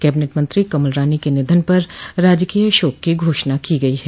cabinet मंत्री कमल रानी के निधन पर राजकीय शोक की घोषणा को गई है